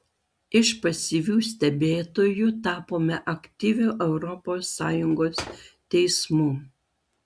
iš pasyvių stebėtojų tapome aktyviu europos sąjungos teismu